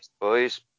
boys